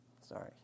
Sorry